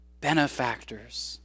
benefactors